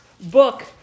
book